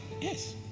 Yes